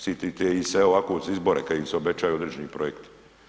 Sitite se evo ovako uz izbore kad se obećaju određeni projekti.